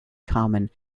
common